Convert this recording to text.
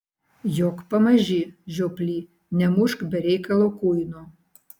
jok pamaži žioply nemušk be reikalo kuino